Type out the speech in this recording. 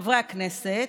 חברי הכנסת,